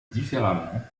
différemment